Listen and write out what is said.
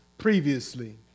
previously